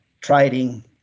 trading